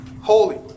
Holy